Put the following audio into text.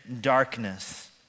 darkness